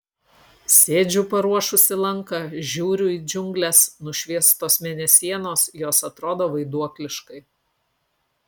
sėdžiu paruošusi lanką žiūriu į džiungles nušviestos mėnesienos jos atrodo vaiduokliškai